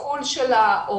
שיקול של ההורים.